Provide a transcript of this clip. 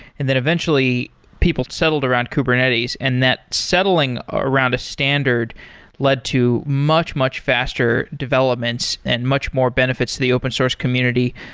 and then eventually people settled around kubernetes, and that settling around a standard led to much, much faster developments and much more benefits to the open source community.